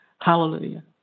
Hallelujah